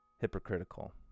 hypocritical